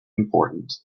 important